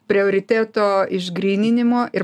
prioriteto išgryninimo ir